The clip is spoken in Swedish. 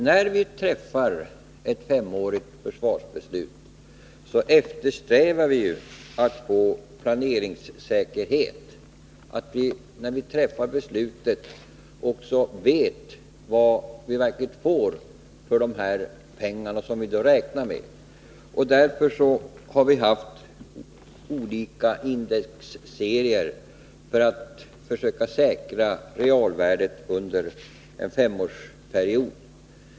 När vi träffar ett femårigt försvarsbeslut eftersträvar vi ju att få planeringssäkerhet, så att vi när vi fattar beslutet också vet vad vi faktiskt får för de pengar vi då räknar med. Vi har använt olika indexserier för att försöka säkra realvärdet under en femårsperiod.